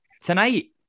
Tonight